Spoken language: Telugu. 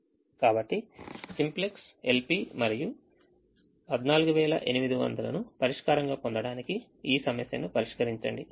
కాబట్టి సింప్లెక్స్ LP మరియు 14800 ను పరిష్కారంగా పొందడానికి ఈ సమస్యను పరిష్కరించండి